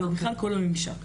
אלא בכלל כול הממשק.